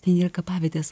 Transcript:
tai yra kapavietės